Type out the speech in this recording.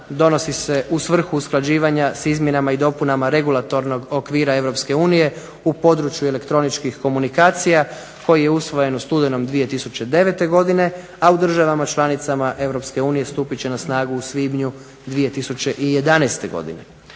donosi se u svrhu usklađivanja s izmjenama i dopunama regulatornog okvira Europske unije u području elektroničkih komunikacija koji je usvojen u studenom 2009. godine, a u državama članicama Europske unije stupit će na snagu u svibnju 2011. godine.